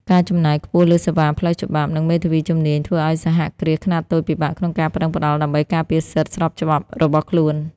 ការចំណាយខ្ពស់លើសេវាផ្លូវច្បាប់ និងមេធាវីជំនាញ ធ្វើឱ្យសហគ្រាសខ្នាតតូចពិបាកក្នុងការប្ដឹងផ្ដល់ដើម្បីការពារសិទ្ធិស្របច្បាប់របស់ខ្លួន។